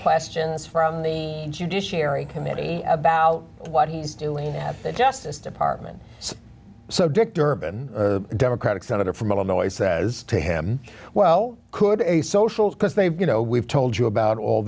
that's from the judiciary committee about what he's doing at the justice department so dick durban democratic senator from illinois says to him well could a social cause they've you know we've told you about all